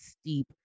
steep